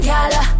Gala